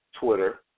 Twitter